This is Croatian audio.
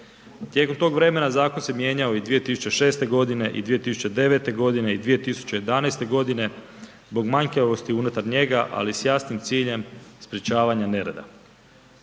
Tijekom tog vremena zakon se mijenjao i 2006. godine i 2009. godine i 2011. godine zbog manjkavosti unutar njega, ali s jasnim ciljem sprečavanja nereda.